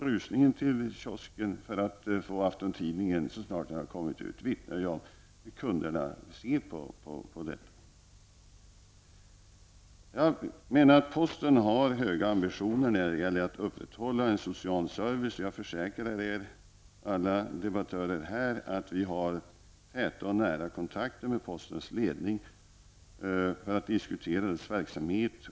Rusningen till kiosken för att få tag i aftontidningen så snart den har kommit ut vittnar ju om hur stort intresset är bland kunderna. Posten har höga ambitioner när det gäller att upprätthålla en social service. Jag kan försäkra alla debattörer här att vi har täta och nära kontakter med postens ledning för att diskutera postens verksamhet.